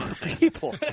people